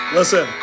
Listen